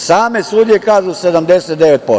Same sudije kažu 79%